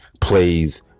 plays